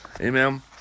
Amen